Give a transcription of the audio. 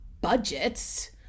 budgets